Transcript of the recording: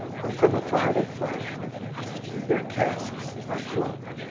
when from afar they fight their casques are cork,